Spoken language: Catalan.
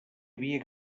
havia